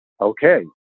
okay